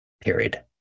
period